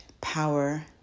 power